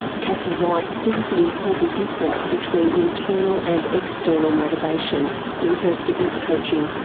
cassie white sees the important difference between internal and external motivation in her fitness coaching.